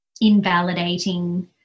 invalidating